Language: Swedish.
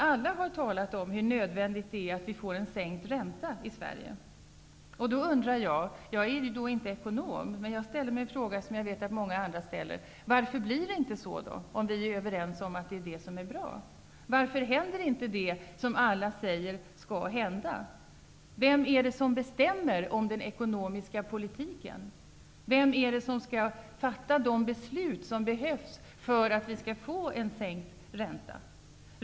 Alla har talat om hur nödvändigt det är att räntan sänks i Sverige. Jag är inte ekonom, men jag vill ställa ett par frågor som jag vet att många andra ställer. Varför blir det inte så om vi är överens? Varför händer inte det som alla säger skall hända? Vem bestämmer om den ekonomiska politiken? Vem skall fatta de beslut som behövs för att vi skall få sänkt ränta.